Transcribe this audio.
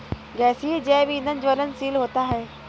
गैसीय जैव ईंधन ज्वलनशील होता है